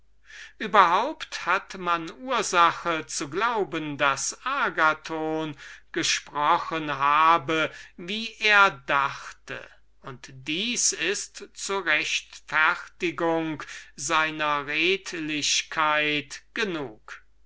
überhaupt hat man ursache zu glauben daß agathon gesprochen habe wie er dachte und das ist zu rechtfertigung seiner redlichkeit genug